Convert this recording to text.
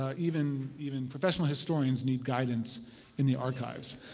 ah even even professional historians need guidance in the archives.